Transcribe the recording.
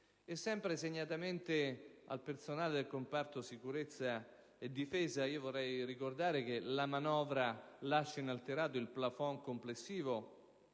Sempre segnatamente al personale del comparto sicurezza e difesa, vorrei ricordare che la manovra lascia inalterato il *plafond* complessivo